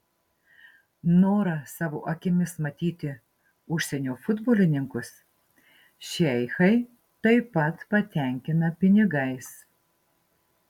norą savo akimis matyti užsienio futbolininkus šeichai taip pat patenkina pinigais